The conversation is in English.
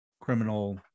criminal